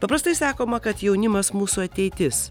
paprastai sakoma kad jaunimas mūsų ateitis